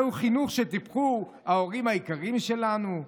זהו חינוך שטיפחו ההורים היקרים שלנו?